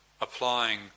applying